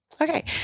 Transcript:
okay